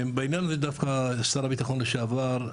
בעניין הזה דווקא שר הביטחון לשעבר,